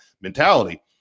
mentality